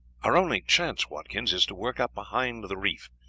our only chance, watkins, is to work up behind the reef,